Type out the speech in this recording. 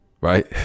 right